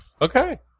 okay